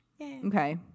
Okay